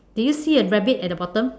do you see a rabbit at the bottom